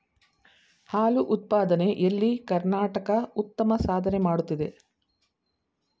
ಹಾಲು ಉತ್ಪಾದನೆ ಎಲ್ಲಿ ಕರ್ನಾಟಕ ಉತ್ತಮ ಸಾಧನೆ ಮಾಡುತ್ತಿದೆ